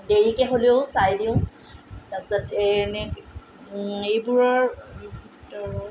দেৰিকৈ হ'লেও চাই দিওঁ তাৰপিছত এই ৰিণিকি এইবোৰৰ ভিতৰত